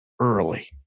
early